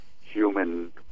human